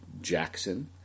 Jackson